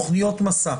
תכניות "מסע".